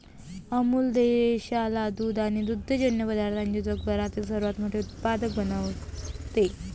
अमूल देशाला दूध आणि दुग्धजन्य पदार्थांचे जगातील सर्वात मोठे उत्पादक बनवते